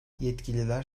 yetkililer